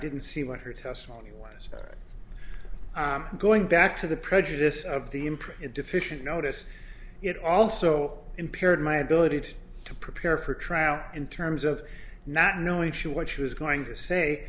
didn't see what her testimony was going back to the prejudice of the imprint deficient notice it also impaired my ability to prepare for trial in terms of not knowing she what she was going to say